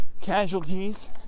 casualties